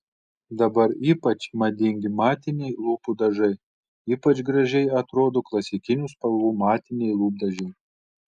dabar ypač madingi matiniai lūpų dažai ypač gražiai atrodo klasikinių spalvų matiniai lūpdažiai